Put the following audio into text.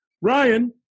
ryan